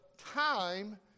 Time